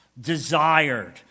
desired